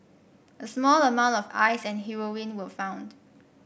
a small amount of Ice and heroin were found